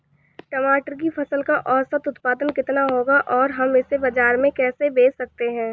टमाटर की फसल का औसत उत्पादन कितना होगा और हम इसे बाजार में कैसे बेच सकते हैं?